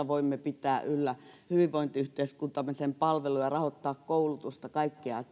voimme pitää yllä hyvinvointiyhteiskuntaamme rahoittaa sen palveluja koulutusta kaikkea